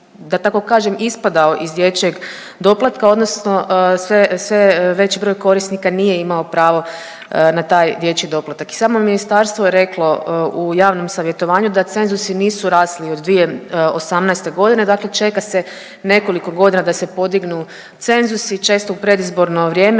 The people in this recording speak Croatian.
da tako kažem ispadao iz dječjeg doplatka odnosno sve, sve veći broj korisnika nije imao pravo na taj dječji doplatak. I samo ministarstvo je reklo u javnom savjetovanju da cenzusi nisu rasli od 2018.g., dakle čeka se nekoliko godina da se podignu cenzusi, često u predizborno vrijeme,